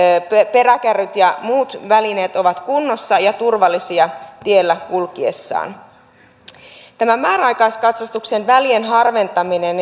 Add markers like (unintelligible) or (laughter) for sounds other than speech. peräkärryt ja muut välineet ovat kunnossa ja turvallisia tiellä kulkiessaan tämä määräaikaiskatsastuksen välien harventaminen (unintelligible)